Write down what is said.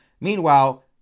Meanwhile